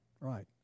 Right